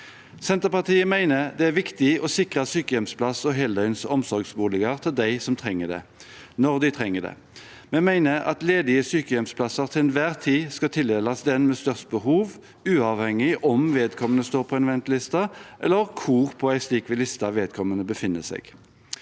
Senterpartiet mener det er viktig å sikre sykehjemsplasser og heldøgns omsorgsboliger til dem som trenger det, når de trenger det. Vi mener at ledige sykehjemsplasser til enhver tid skal tildeles den med størst behov, uavhengig av om vedkommende står på en venteliste eller hvor på en slik liste vedkommende befinner seg.